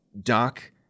doc